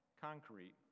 concrete